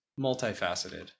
multifaceted